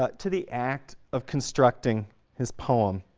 ah to the act of constructing his poem,